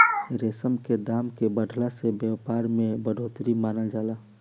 share के दाम के बढ़ला से व्यापार में बढ़ोतरी मानल जाला